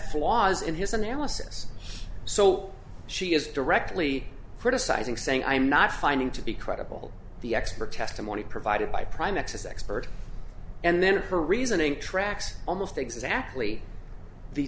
flaws in his analysis so she is directly criticizing saying i'm not finding to be credible the expert testimony provided by prime access expert and then her reasoning tracks almost exactly the